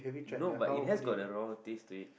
no but it has got the raw taste to it